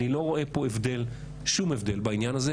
אני לא רואה פה שום הבדל בעניין הזה.